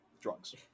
drugs